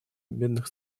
бедных